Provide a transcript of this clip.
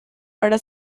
para